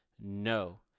No